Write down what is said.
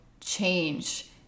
change